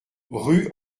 rue